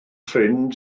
ffrind